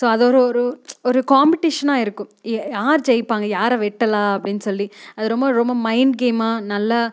so அதுதொரு ஒரு காம்பட்டிஷனாக இருக்கும் யார் ஜெயிப்பாங்க யாரை வெட்டலாம் அப்படின்னு சொல்லி அது ரொம்ப ரொம்ப மைண்ட் கேமாக நல்லா